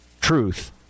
truth